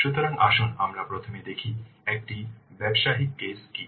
সুতরাং আসুন আমরা প্রথমে দেখি একটি ব্যবসায়িক কেস কী